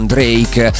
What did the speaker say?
Drake